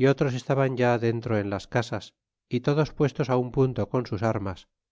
y otros estaban ya dentro en las casas y todos puestos punto con sus armas